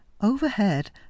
overhead